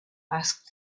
asked